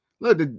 Look